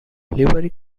livery